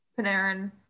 Panarin